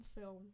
film